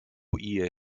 ihr